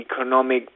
economic